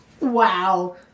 Wow